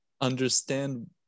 understand